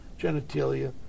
genitalia